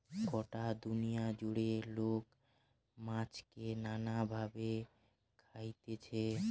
গটা দুনিয়া জুড়ে লোক মাছকে নানা ভাবে খাইছে